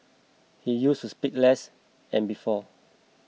he used speak less and before